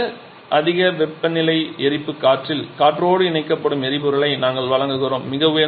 மிக அதிக வெப்பநிலை எரிப்பு காற்றில் காற்றோடு இணைக்கப்படும் எரிபொருளை நாங்கள் வழங்குகிறோம்